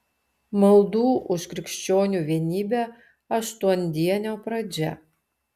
maldų už krikščionių vienybę aštuondienio pradžia